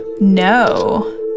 No